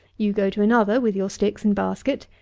you go to another with your sticks and basket,